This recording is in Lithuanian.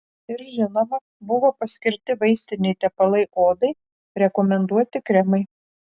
ir žinoma buvo paskirti vaistiniai tepalai odai rekomenduoti kremai